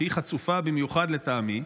שהיא חצופה במיוחד לטעמי,